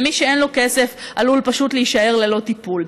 ומי שאין לו כסף עלול פשוט להישאר ללא טיפול.